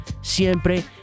siempre